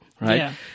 right